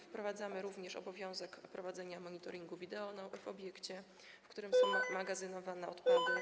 Wprowadzamy również obowiązek prowadzenia monitoringu wideo w obiekcie, w którym są magazynowane odpady.